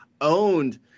owned